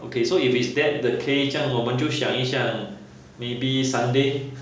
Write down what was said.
okay so if it's that the case 我们就想一下 maybe sunday